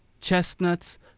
chestnuts